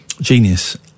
Genius